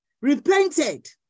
repented